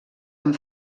amb